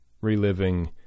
Reliving